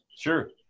Sure